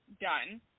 done